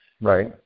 Right